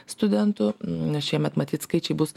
studentų nes šiemet matyt skaičiai bus